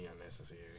unnecessary